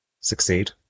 succeed